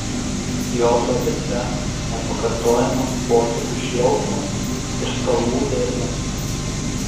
jo drobėse nepakartojamas potėpių šėlsmas ir spalvų dermės